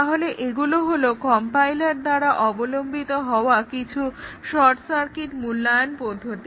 তাহলে এগুলো হলো কম্পাইলার দ্বারা অবলম্বিত হওয়া কিছু শর্ট সার্কিট মূল্যায়ন পদ্ধতি